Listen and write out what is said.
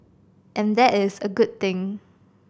and that is a good thing